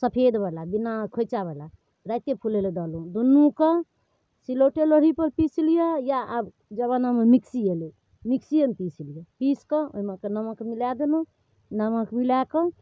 सफेदवला बिना खोइँचावला रातिए फुलैलए दऽ देलहुँ दुनूके सिलौठे लोढ़ीपर पीसि लिअऽ या आबके जमानामे मिक्सी अएलै मिक्सिएमे पीसि लिअऽ पीसिकऽ ओहिमेके नमक मिला देलहुँ नमक मिलाकऽ